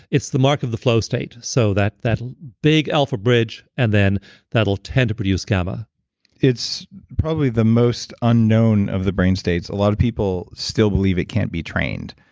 it's the mark of the flow state. so that big alpha bridge and then that'll tend to produce gamma it's probably the most unknown of the brain states. a lot of people still believe it can't be trained,